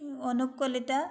Anup Kalita